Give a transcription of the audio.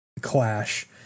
Clash